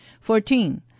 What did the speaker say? Fourteen